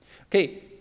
okay